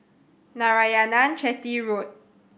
Narayanan Chetty Road